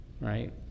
right